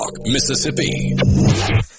Mississippi